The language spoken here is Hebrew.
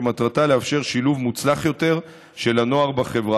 שמטרתה לאפשר שילוב מוצלח יותר של הנוער בחברה